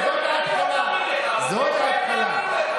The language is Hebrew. תפסיקו להרוס, כדי שהם יאמינו לך.